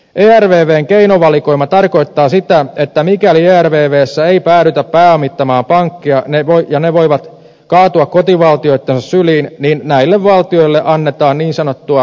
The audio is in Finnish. ervvn keinovalikoima tarkoittaa sitä että mikäli ervvssä ei päädytä pääomittamaan pankkeja ja ne voivat kaatua kotivaltioittensa syliin niin näille valtioille annetaan niin sanottua ennakoivaa tukea